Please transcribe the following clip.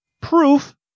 proof